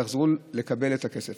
יחזרו לקבל את הכסף.